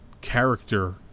character